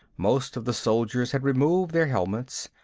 most of the soldiers had removed their helmets.